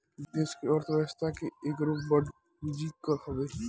देस के अर्थ व्यवस्था के एगो बड़ पूंजी कर हवे